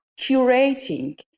curating